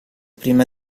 prima